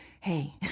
hey